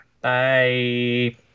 Bye